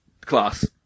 class